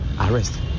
arrest